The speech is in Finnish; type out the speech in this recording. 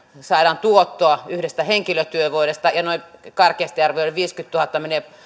saadaan tuottoa yhdestä henkilötyövuodesta ja noin karkeasti arvioiden viisikymmentätuhatta menee